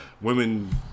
women